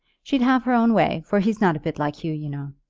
she'd have her own way, for he's not a bit like hugh, you know.